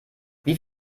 wie